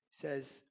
says